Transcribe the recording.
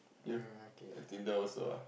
you eh Tinder also ah